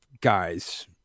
guys